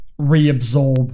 reabsorb